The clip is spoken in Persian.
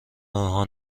آنها